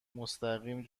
مستقیم